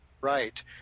right